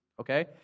okay